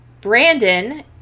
Brandon